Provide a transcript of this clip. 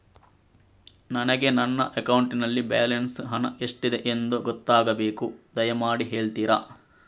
ನನಗೆ ನನ್ನ ಅಕೌಂಟಲ್ಲಿ ಬ್ಯಾಲೆನ್ಸ್ ಹಣ ಎಷ್ಟಿದೆ ಎಂದು ಗೊತ್ತಾಗಬೇಕು, ದಯಮಾಡಿ ಹೇಳ್ತಿರಾ?